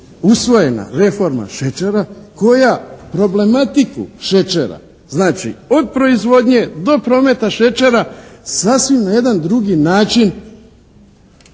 usvojena reforma šećera koja problematiku šećera, znači od proizvodnje do prometa šećera sasvim na jedan drugi način